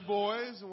boys